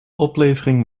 oplevering